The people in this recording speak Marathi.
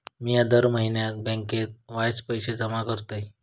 मिया दर म्हयन्याक बँकेत वायच पैशे जमा करतय